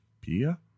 PIA